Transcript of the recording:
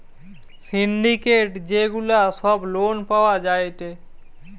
syndicate যে গুলা সব লোন পাওয়া যায়টে